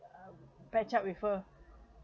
patch up with her